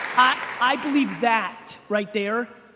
i believe that right there,